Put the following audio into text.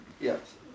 Yes